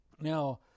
Now